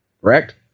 correct